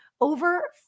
over